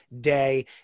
Day